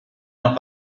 noch